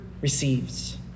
receives